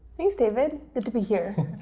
thanks, david. good to be here.